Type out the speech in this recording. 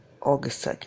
August